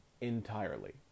entirely